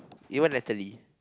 even Natalie